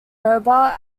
mobile